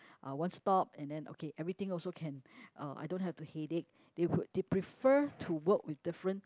uh one stop and then okay everything also can uh I don't have to headache they would they prefer to work with different